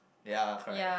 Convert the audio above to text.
ya correct